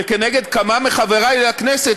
וכנגד כמה מחברי לכנסת,